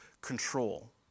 control